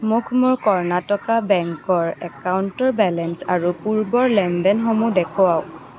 মোক মোৰ কৰ্ণাটকা বেংকৰ একাউণ্টৰ বেলেঞ্চ আৰু পূৰ্বৰ লেনদেনসমূহ দেখুৱাওক